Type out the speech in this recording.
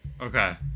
okay